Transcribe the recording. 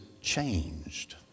changed